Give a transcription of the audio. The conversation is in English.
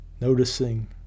noticing